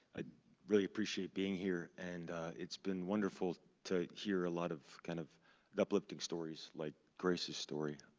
i really appreciate being here, and it's been wonderful to hear a lot of kind of uplifting stories like grace's story.